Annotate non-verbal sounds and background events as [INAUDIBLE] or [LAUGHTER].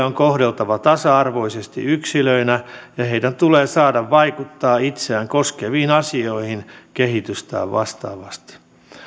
[UNINTELLIGIBLE] on kohdeltava tasa arvoisesti yksilöinä ja heidän tulee saada vaikuttaa itseään koskeviin asioihin kehitystään vastaavasti